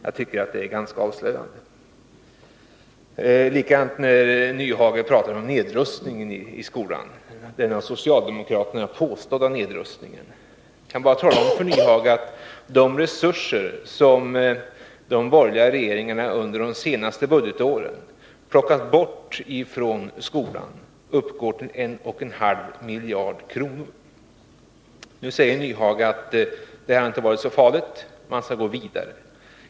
Jag tycker att detta är ganska avslöjande. Likadant är det när Hans Nyhage talar om ”den av socialdemokraterna påstådda” nedrustningen i skolan. Jag kan tala om för Hans Nyhage att de resurser som de borgerliga regeringarna under de senaste budgetåren har plockat bort från skolan uppgår till 1,5 miljarder kronor. Nu säger Hans Nyhage att det inte har varit så farligt och att man skall gå vidare.